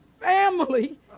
family